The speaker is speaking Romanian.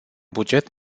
buget